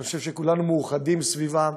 שאני חושב שכולנו מאוחדים סביבם,